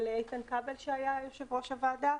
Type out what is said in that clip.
כשאיתן כבל היה יושב-ראש הוועדה,